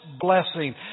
blessing